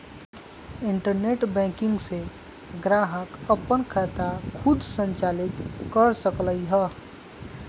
internet banking से ग्राहक अप्पन खाता खुद संचालित कर सकलई ह